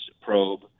probe